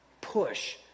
push